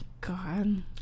God